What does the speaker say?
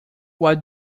what